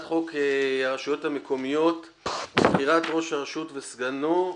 חוק הרשויות המקומיות (בחירת ראש הרשות וסגניו וכהונתם)